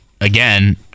again